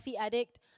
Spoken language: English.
addict